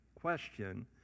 question